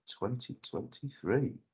2023